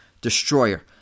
destroyer